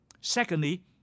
Secondly